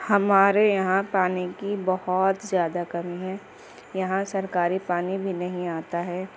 ہمارے یہاں پانی کی بہت زیادہ کمی ہے یہاں سرکاری پانی بھی نہیں آتا ہے